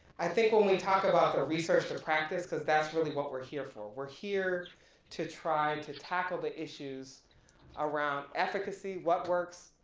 i think when we talk about the research to to practice cause that's really what we're here for, we're here to try to tackle the issues around efficacy, what works,